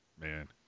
man